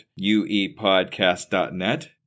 UEPodcast.net